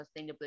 sustainability